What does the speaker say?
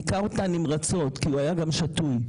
והיכה אותה נמרצות כי הוא היה גם שתוי.